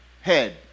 head